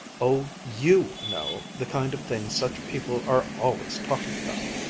oh, you know, the kind of thing such people are always talking about,